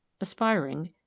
aspiring